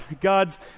God's